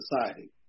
society